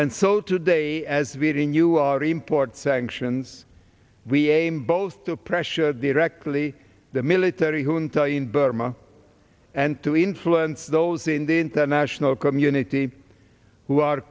and so today as we're in you are import sanctions we aim both to pressure directly the military junta in burma and to influence those in the international community who are